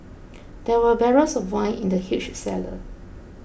there were barrels of wine in the huge cellar